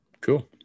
Cool